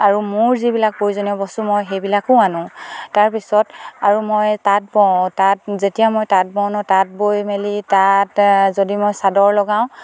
আৰু মোৰ যিবিলাক প্ৰয়োজনীয় বস্তু মই সেইবিলাকো আনো তাৰপিছত আৰু মই তাঁত বওঁ তাঁত যেতিয়া মই তাঁত বওঁ তাঁত বৈ মেলি তাঁত যদি মই চাদৰ লগাওঁ